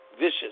vicious